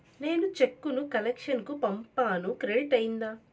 నేను చెక్కు ను కలెక్షన్ కు పంపాను క్రెడిట్ అయ్యిందా